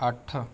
ਅੱਠ